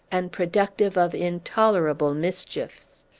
and productive of intolerable mischiefs!